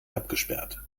abgesperrt